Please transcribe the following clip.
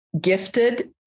gifted